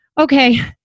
okay